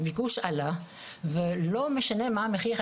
הביקוש עלה ולא משנה מה המחיר,